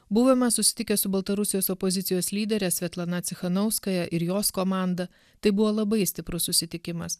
buvome susitikę su baltarusijos opozicijos lydere svetlana cichanavskaja ir jos komanda tai buvo labai stiprus susitikimas